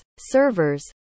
servers